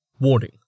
Warning